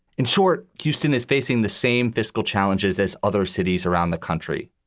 in short, houston is facing the same fiscal challenges as other cities around the country,